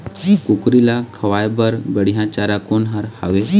कुकरी ला खवाए बर बढीया चारा कोन हर हावे?